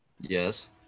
Yes